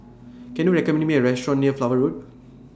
Can YOU recommend Me A Restaurant near Flower Road